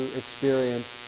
experience